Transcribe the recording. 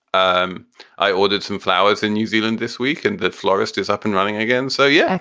um i ordered some flowers in new zealand this week and that florist is up and running again. so, yeah,